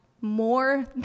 more